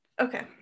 Okay